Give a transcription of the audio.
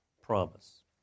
promise